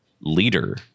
leader